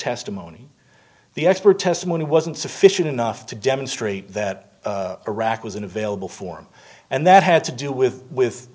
testimony the expert testimony wasn't sufficient enough to demonstrate that iraq was an available form and that had to do with with